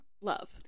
love